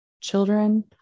children